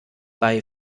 bei